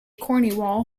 cornwall